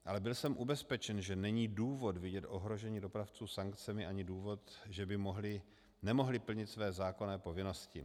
Ale byl jsem ubezpečen, že není důvod vidět ohrožení dopravců sankcemi ani důvod, že by nemohli plnit své zákonné povinnosti.